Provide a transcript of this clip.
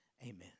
Amen